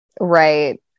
right